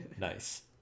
Nice